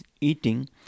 eating